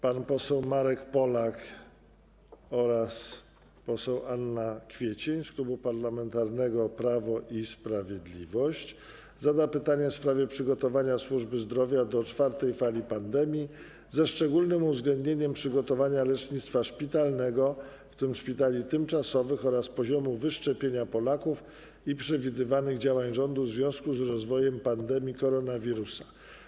Pan poseł Marek Polak oraz pani poseł Anna Kwiecień z Klubu Parlamentarnego Prawo i Sprawiedliwość zadadzą pytanie w sprawie przygotowania służby zdrowia do czwartej fali pandemii, ze szczególnym uwzględnieniem przygotowania lecznictwa szpitalnego, w tym szpitali tymczasowych, oraz poziomu wyszczepienia Polaków i przewidywanych działań rządu w związku z rozwojem pandemii koronawirusa.